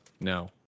No